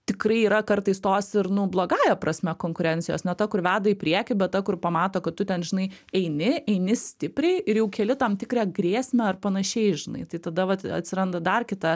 tikrai yra kartais tos ir nu blogąja prasme konkurencijos ne ta kur veda į priekį bet ta kur pamato kad tu ten žinai eini eini stipriai ir jau keli tam tikrą grėsmę ar panašiai žinai tai tada vat atsiranda dar kita